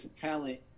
talent